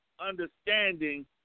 understanding